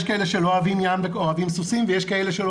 יש כאלה שלא אוהבים ים ואוהבים סוסים ויש כאלה שלא